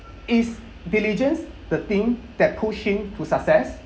is diligence the thing that push him to success